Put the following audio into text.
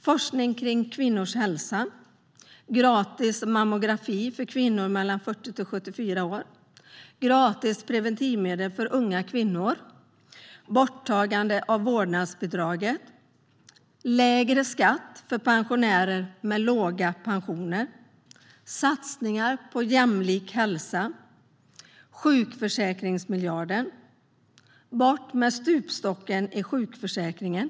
Man satsar på forskning om kvinnors hälsa, gratis mammografi för kvinnor mellan 40 och 74 år, gratis preventivmedel för unga kvinnor, borttagande av vårdnadsbidraget och lägre skatt för pensionärer med låga pensioner. Det blir satsningar på jämlik hälsa och på sjukförsäkringsmiljarden. Man tar bort stupstocken i sjukförsäkringen.